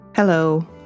Hello